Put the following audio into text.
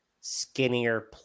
skinnier